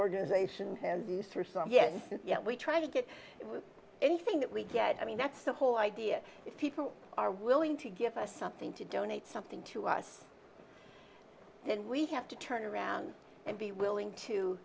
organization and use for some yet and yet we try to get anything that we get i mean that's the whole idea if people are willing to give us something to donate something to us and we have to turn around and be willing to